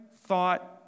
thought